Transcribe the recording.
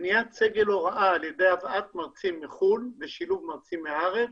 בניית סגל הוראה על-ידי הבאת מרצים מחו"ל ושילוב מרצים מהארץ,